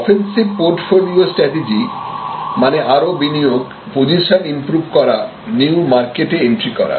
offensive portfolio strategy মানে আরো বিনিয়োগ পজিশন ইমপ্রুভ করা নিউ মার্কেটে এন্ট্রি করা